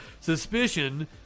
suspicion